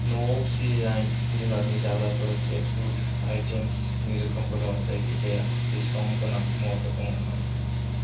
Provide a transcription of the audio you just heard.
न'आव फिसिनाय जुनारनि जाग्राफोर वेतफुत आइथेम्सनि रोखोमफोराव जायखिजाया डिसकाउन्ट गोनां मुवाफोर दङ नामा